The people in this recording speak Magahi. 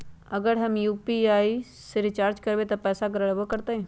अगर हम यू.पी.आई से रिचार्ज करबै त पैसा गड़बड़ाई वो करतई?